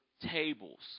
tables